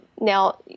Now